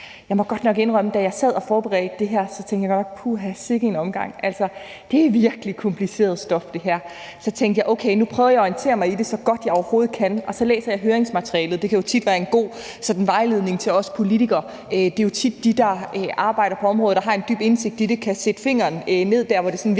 Jeg må godt nok indrømme, at da jeg sad og forberedte det her, tænkte jeg: Puha, sikke en omgang. Det her er virkelig kompliceret stof. Så tænkte jeg: Okay, nu prøver jeg orientere mig i det, så godt jeg overhovedet kan, og så læser jeg høringsmaterialet. Det kan jo tit være en god vejledning til os politikere. Det er jo tit dem, der arbejder på området og har en dyb indsigt i det, der kan sætte en finger på de steder i et